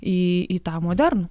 į į tą modernų